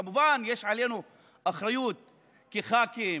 כמובן, יש עלינו אחריות כח"כים,